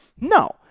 No